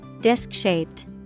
Disc-shaped